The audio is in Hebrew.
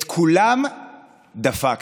את כולם דפקתם.